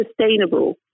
sustainable